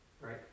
right